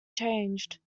changed